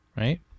right